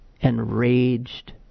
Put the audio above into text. enraged